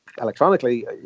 electronically